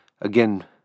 again